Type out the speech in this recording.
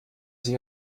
sich